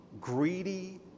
greedy